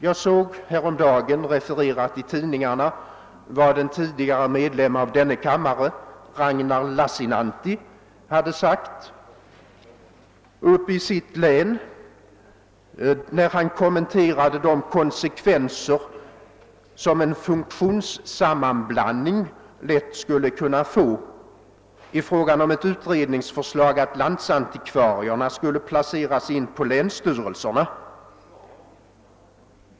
Jag såg häromdagen i tidningarna ett referat av vad en tidigare ledamot av denna kammare, Ragnar Lassinantti, hade sagt uppe i sitt län när han kommenterade de konsekvenser som en funktionssammanblandning lätt skulle kunna få — det var fråga om ett utredningsförslag att landsantikvarierna skulle placeras på länsstyrelserna.